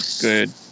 good